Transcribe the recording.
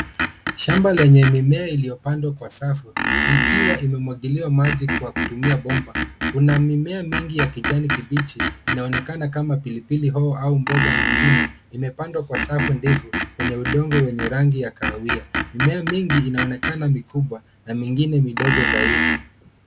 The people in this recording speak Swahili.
Shamba lenye mimea iliyopandwa kwa safu, ikiwa imemwangiliwa maji kwa kutumia bomba. Kuna mimea mingi ya kijani kibichi inaonekana kama pilipili hoho au mboga nyingine imepandwa kwa safu ndefu kwenye udongo wenye rangi ya kahawia. Mimea mingi inaonekana mikubwa na mingine midogo zaidi.